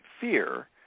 fear